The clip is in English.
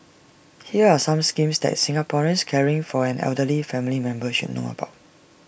here are some schemes that Singaporeans caring for an elderly family member should know about